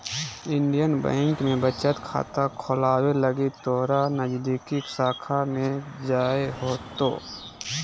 Indian Bank में बचत खाता खोलावे लगी तोरा नजदीकी शाखा में जाय होतो